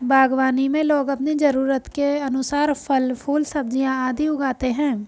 बागवानी में लोग अपनी जरूरत के अनुसार फल, फूल, सब्जियां आदि उगाते हैं